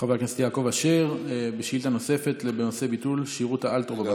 חבר הכנסת יעקב אשר בשאילתה נוספת בנושא ביטול שירות האל-תור.